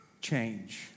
change